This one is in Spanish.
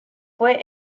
fue